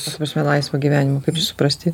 ta prasme laisvą gyvenimą kaip čia suprasti